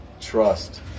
trust